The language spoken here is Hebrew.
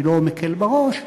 אני לא מקל בראש,